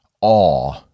awe